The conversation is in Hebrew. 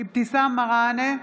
אבתיסאם מראענה,